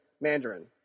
Mandarin